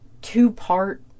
two-part